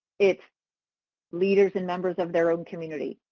it's leaders and members of their own community.